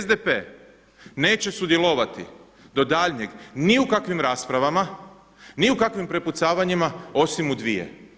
SDP neće sudjelovati do daljnjeg ni u kakvim raspravama, ni u kakvim prepucavanjima osim u dvije.